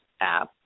app